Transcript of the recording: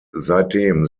seitdem